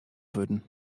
wurden